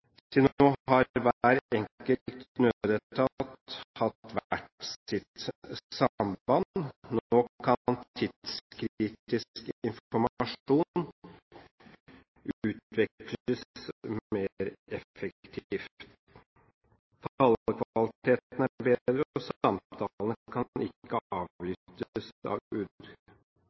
Til nå har hver enkelt nødetat hatt hvert sitt samband. Nå kan tidskritisk informasjon utveksles mer effektivt. Talekvaliteten er bedre, og samtalene kan ikke